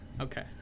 Okay